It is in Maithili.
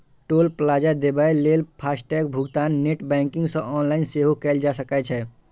टोल प्लाजा देबय लेल फास्टैग भुगतान नेट बैंकिंग सं ऑनलाइन सेहो कैल जा सकै छै